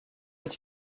est